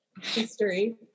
History